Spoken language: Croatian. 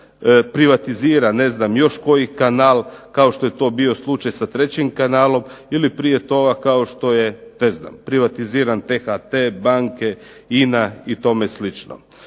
privatizira ne znam još koji kanal kao što je to bio slučaj sa trećim kanalom ili prije toga kao što je, ne znam privatiziran T-HT, banke, INA i tome slično.